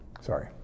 Sorry